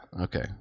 Okay